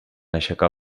aixecar